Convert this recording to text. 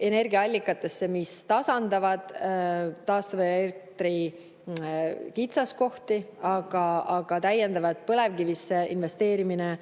energiaallikatesse, mis tasandavad taastuvelektri kitsaskohti. Täiendavalt põlevkivisse investeerimine